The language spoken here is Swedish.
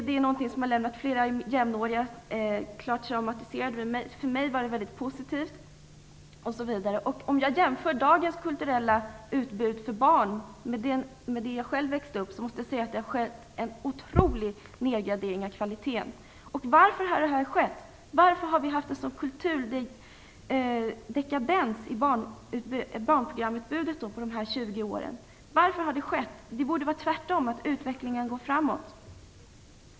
Det är något som har lämnat flera av mina jämnåriga klart traumatiserade, men för mig var det mycket positivt. Om jag jämför dagens kulturella utbud för barn med det som fanns när jag själv växte upp så måste jag säga att det har skett en otrolig nedgradering av kvaliteten. Varför har det skett? Varför har vi har en sådan kulturdekadens i utbudet av barnprogram under dessa tjugo år? Det borde vara tvärtom, så att utvecklingen går framåt.